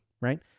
right